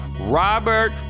Robert